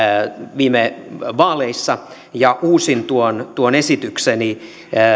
viime vaaleissa ja uusin tuon tuon esitykseni